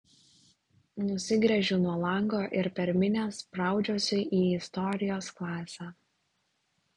nusigręžiu nuo lango ir per minią spraudžiuosi į istorijos klasę